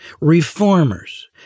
reformers